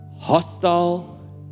hostile